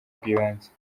bw’ibanze